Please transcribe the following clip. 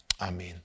Amen